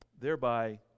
thereby